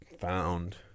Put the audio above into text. found